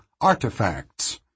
artifacts